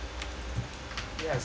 eh I saw a guy